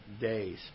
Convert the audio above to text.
days